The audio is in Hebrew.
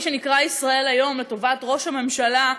שנקרא "ישראל היום" לטובת ראש הממשלה,